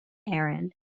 errand